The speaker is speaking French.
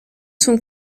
son